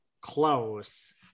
close